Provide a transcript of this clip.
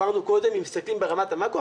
אמרנו קודם, אם מסתכלים ברמת המאקרו